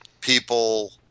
people